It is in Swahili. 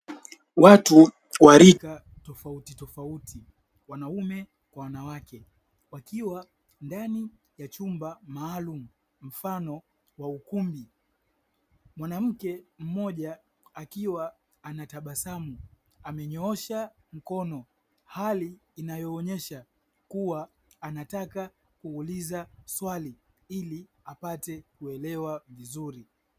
Watu wa rika tofauti tofauti wanaume kwa wanawake wakiwa ndani ya chumba maalum mfano wa ukumbi, mwanamke mmoja akiwa anatabasamu amenyoosha mkono, hali inayoonyesha kuwa anataka kuuliza swali ili apate kuelewa vizuri.